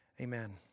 Amen